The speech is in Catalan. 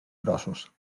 grossos